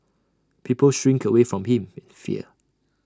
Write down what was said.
people shrink away from him in fear